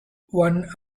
one